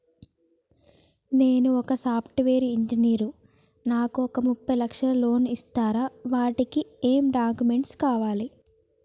నేను ఒక software engineer నాకు ఒక ముప్పై లక్షల లోన్ ఇస్తరా? వాటికి ఏం డాక్యుమెంట్స్ కావాలి?